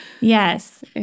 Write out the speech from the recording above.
Yes